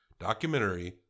documentary